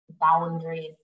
boundaries